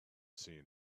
seen